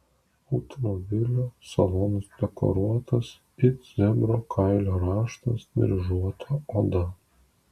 automobilio salonas dekoruotas it zebro kailio raštas dryžuota oda